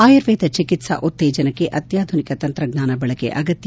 ಆಯುರ್ವೇದ ಚಿಕಿತ್ಸಾ ಉತ್ತೇಜನಕ್ಕೆ ಅತ್ಯಾಧುನಿಕ ತಂತ್ರಜ್ಞಾನ ಬಳಕೆ ಅಗತ್ಯ